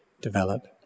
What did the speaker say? develop